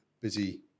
busy